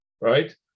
right